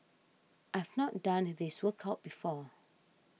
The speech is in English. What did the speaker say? I've not done this workout before